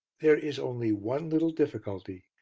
there is only one little difficulty,